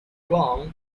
wrong